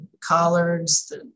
collards